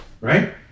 right